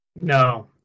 No